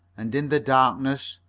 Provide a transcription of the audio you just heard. and, in the darkness,